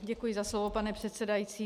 Děkuji za slovo, pane předsedající.